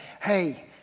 hey